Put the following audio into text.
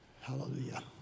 Hallelujah